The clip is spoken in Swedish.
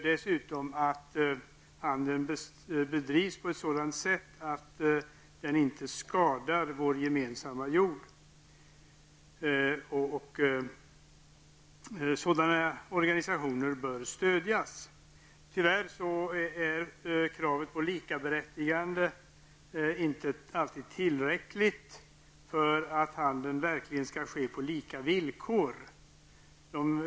Dessutom bör handeln bedrivas på sådant sätt att den inte skadar vår gemensamma jord. Sådana organisationer bör stödjas. Tyvärr är kravet på likaberättigande inte alltid tillräckligt för att handeln verkligen skall ske på lika villkor.